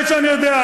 ודאי שאני יודע.